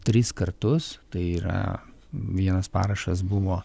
tris kartus tai yra vienas parašas buvo